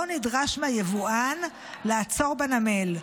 לא נדרש מהיבואן לעצור בנמל.